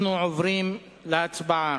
אנחנו עוברים להצבעה.